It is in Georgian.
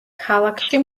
ქალაქში